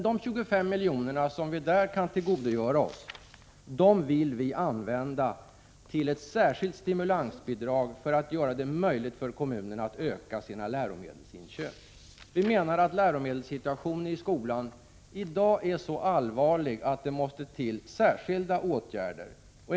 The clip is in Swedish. De 25 milj.kr. som vi där kan spara in vill vi använda till ett särskilt stimulansbidrag för att göra det möjligt för kommunerna att öka sina läromedelsinköp. Vi menar att läromedelssituationen i skolan i dag är så allvarlig att det måste till särskilda åtgärder.